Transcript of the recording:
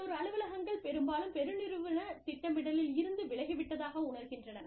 உள்ளூர் அலுவலகங்கள் பெரும்பாலும் பெருநிறுவன திட்டமிடலில் இருந்து விலகிவிட்டதாக உணர்கின்றன